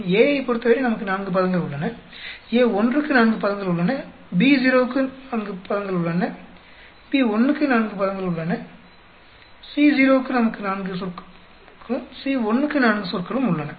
Ao ஐப் பொறுத்தவரை நமக்கு 4 பதங்கள் உள்ளன A1 க்கு 4 பதங்கள் உள்ளன Bo க்கு 4 பதங்கள் உள்ளன B1 க்கு 4 பதங்கள் உள்ளன Co க்கு நமக்கு 4 பதங்களும் C1 க்கு 4 பதங்களும் உள்ளன